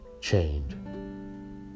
Chained